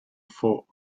fought